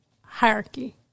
Hierarchy